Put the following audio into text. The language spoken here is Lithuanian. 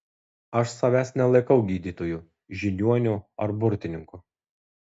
aš savęs nelaikau gydytoju žiniuoniu ar burtininku